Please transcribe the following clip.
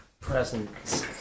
presents